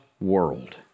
world